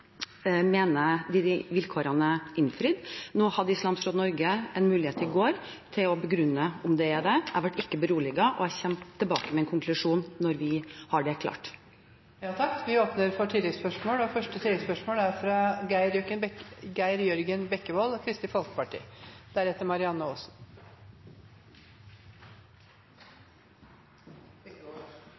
vilkårene er innfridd. Nå hadde Islamsk Råd Norge en mulighet i går til å begrunne om de er det. Jeg ble ikke beroliget, og jeg kommer tilbake med en konklusjon når vi har det klart. Vi åpner for